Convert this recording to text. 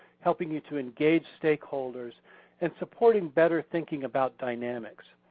helping you to engage stakeholders and supporting better thinking about dynamics.